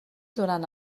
durant